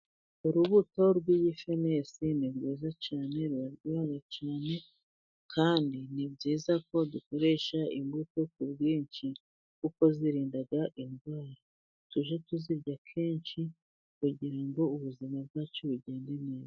Urubuto rw'igifenesi ni rwiza cyane, ruraryoha cyane, kandi ni byiza ko dukoresha ingufu ku bwinshi, kuko zirinda indwara, tujye tuzirya kenshi kugira ubuzima bwacu bugende neza.